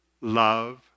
love